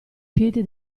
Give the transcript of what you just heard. piedi